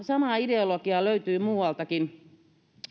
samaa ideologiaa löytyy muualtakin